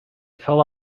fill